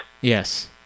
Yes